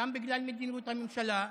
גם בגלל מדיניות הממשלה.